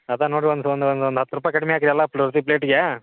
ಅದೇ ನೋಡ್ರಿ ಒಂದು ಒಂದು ಒಂದು ಒಂದು ಹತ್ತು ರೂಪಾಯಿ ಕಡ್ಮೆ ಹಾಕಿರಿ ಎಲ್ಲ ಪ್ರತಿ ಪ್ಲೇಟಿಗೆ